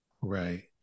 Right